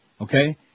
Okay